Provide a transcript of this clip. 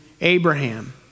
Abraham